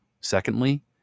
Secondly